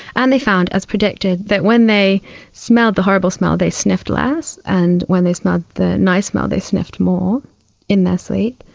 and they found, as predicted, that when they smelled the horrible smell they sniffed less, and when they smelled the nice smell they sniffed more in their sleep.